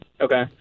Okay